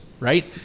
Right